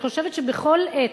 אני חושבת שבכל עת,